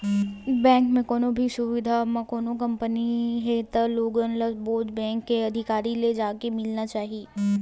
bank के कोनो भी सुबिधा म कोनो कमी हे त लोगन ल सोझ बेंक के अधिकारी ले जाके मिलना चाही